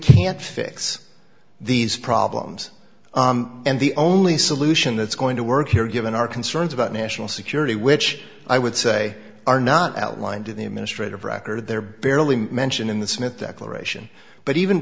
can't fix these problems and the only solution that's going to work here given our concerns about national security which it's a are not outlined in the administrative record they're barely mentioned in the senate declaration but even